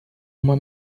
uma